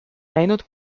näinud